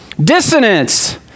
Dissonance